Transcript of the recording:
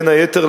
בין היתר,